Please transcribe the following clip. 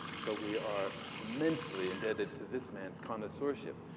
so we are immensely indebted to this man's connoisseurship.